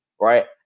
Right